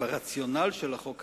ברציונל של החוק הזה,